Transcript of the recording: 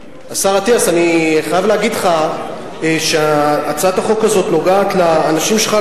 אני חייב להגיד לך שהצעת החוק הזאת נוגעת לאנשים שלך,